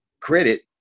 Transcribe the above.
Credit